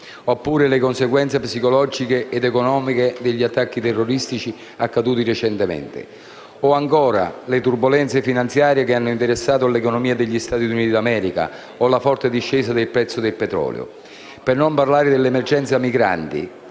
oppure le conseguenze psicologiche ed economiche degli attacchi terroristici accaduti recentemente o, ancora, le turbolenze finanziarie che hanno interessato l'economia degli Stati Uniti d'America o la forte discesa del prezzo del petrolio. Per non parlare dell'emergenza migranti,